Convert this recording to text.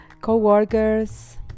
co-workers